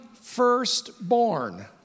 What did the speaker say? firstborn